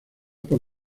por